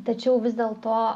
tačiau vis dėl to